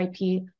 IP